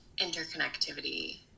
interconnectivity